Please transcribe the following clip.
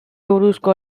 buruzko